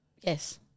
Yes